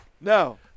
No